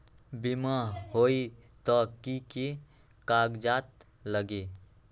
बिमा होई त कि की कागज़ात लगी?